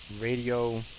radio